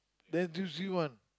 the N_T_U_C one